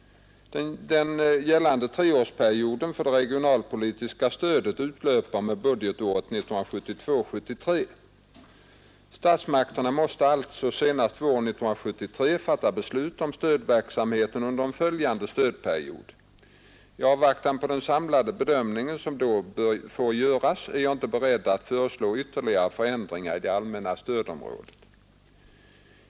Den gällande treårsperioden för det regionalpolitiska stödet utlöper med budgetåret 1972/73. Statsmakterna måste alltså senast våren 1973 fatta beslut om stödverksamheten under en följande stödperiod. I avvaktan på den samlade bedömning som då får göras är jag inte beredd att föreslå ytterligare förändringar av det allmänna stödområdet.